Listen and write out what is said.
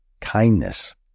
kindness